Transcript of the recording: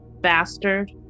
bastard